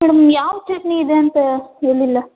madam ಯಾವ ಚಟ್ನಿ ಇದೆ ಅಂತ ಹೇಳಲಿಲ್ಲ